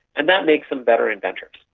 and that makes them better inventors.